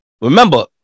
remember